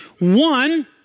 One